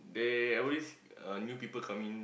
they always uh new people coming